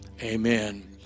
amen